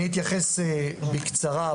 אני אתייחס בקצרה.